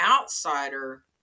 outsider